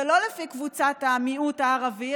ולא לפי קבוצת המיעוט הערבי,